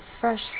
fresh